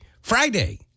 Friday